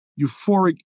euphoric